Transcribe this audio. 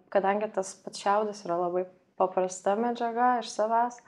kadangi tas pats šiaudas yra labai paprasta medžiaga iš savęs